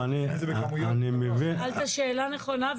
זו שאלה נכונה,